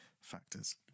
factors